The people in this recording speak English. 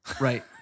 Right